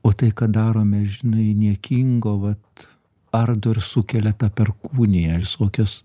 o tai ką darome žinai niekingo vat ardo ir sukelia tą perkūniją visokius